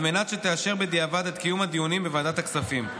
על מנת שתאשר בדיעבד את קיום הדיונים בוועדת הכספים.